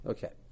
Okay